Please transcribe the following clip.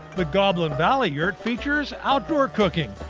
the goblin valley yurt features outdoor cooking.